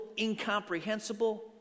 incomprehensible